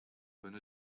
bonne